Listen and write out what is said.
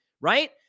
right